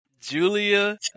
Julia